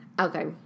Okay